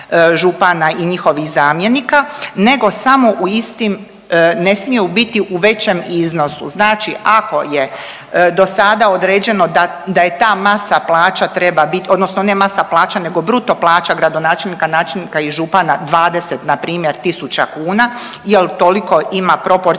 i njihovih zamjenika nego samo u istim, ne smije u biti u većem iznosu. Znači ako je do sada određeno da je ta masa plaća treba biti, odnosno ne masa plaća nego bruto plaća gradonačelnika, načelnika i župana 20 na primjer tisuća kuna jer toliko ima proporcionalno